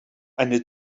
eine